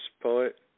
poet